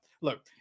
look